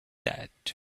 that